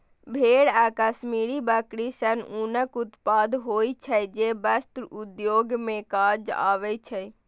भेड़ आ कश्मीरी बकरी सं ऊनक उत्पादन होइ छै, जे वस्त्र उद्योग मे काज आबै छै